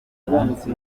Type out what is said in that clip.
munsi